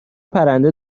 پرنده